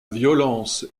violence